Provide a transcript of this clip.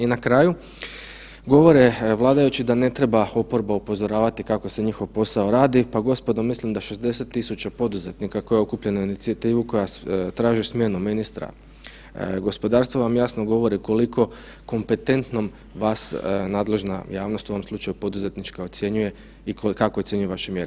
I na kraju, govore vladajući da ne treba oporba upozoravati kako se njihov posao radi, pa gospodo, mislim da 60 tisuća poduzetnika koji je okupljeno na inicijativu koja traži smjenu ministra gospodarstva vam jasno govori koliko kompetentnom vas nadležna javnost, u ovom slučaju poduzetnička ocjenjuje i kako ocjenjuje vaše mjere.